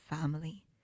family